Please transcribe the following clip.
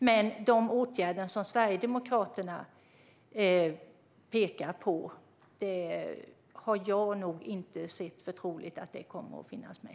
Jag håller dock inte för troligt att de åtgärder som Sverigedemokraterna pekar på kommer att finnas med.